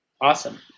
awesome